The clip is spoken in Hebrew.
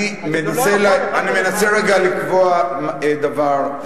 אני מנסה רגע לקבוע דבר,